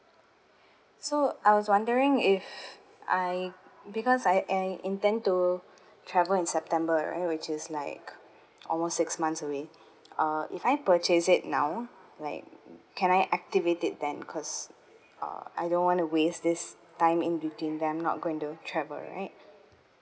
so I was wondering if I because I uh intend to travel in september right which is like almost six months away uh if I purchase it now like can I activate it then because uh I don't want to waste this time in between them not going to travel right